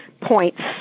points